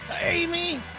Amy